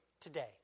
today